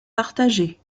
partagées